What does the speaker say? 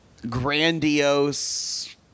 grandiose